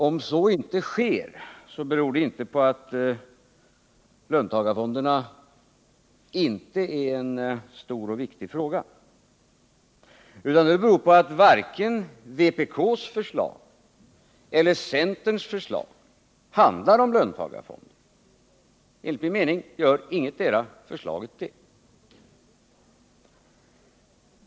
Om så inte sker, beror det inte på att löntagarfonderna inte är en stor och viktig fråga, utan det beror på att varken vpk:s eller centerns förslag handlar om löntagarfonder. Enligt min mening gör nämligen ingetdera förslaget det.